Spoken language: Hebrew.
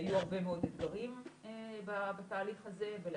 היו הרבה מאוד אתגרים בתהליך הזה, בלהכניס,